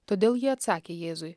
todėl jie atsakė jėzui